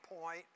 point